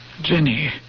Jenny